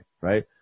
right